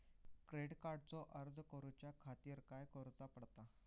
Credit कार्डचो अर्ज करुच्या खातीर काय करूचा पडता?